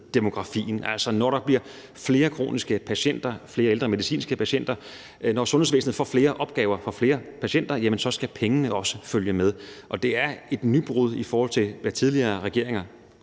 demografien. Når der bliver flere kroniske patienter, flere ældre medicinske patienter, når sundhedsvæsenet får flere opgaver, flere patienter, skal pengene også følge med, og det er et nybrud, i forhold til hvad flere tidligere regeringer